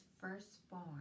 firstborn